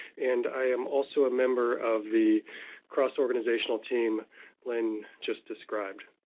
and i am also a member of the cross-organizational team lynn just described.